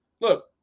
Look